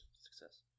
success